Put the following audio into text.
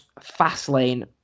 Fastlane